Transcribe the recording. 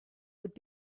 would